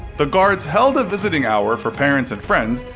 the guards held a visiting hour for parents and friends,